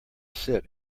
sit